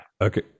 Okay